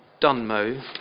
Dunmo